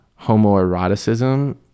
homoeroticism